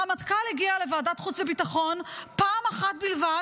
הרמטכ"ל הגיע לוועדת חוץ וביטחון פעם אחת בלבד.